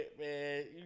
man